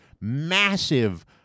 massive